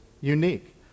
unique